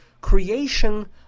creation